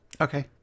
Okay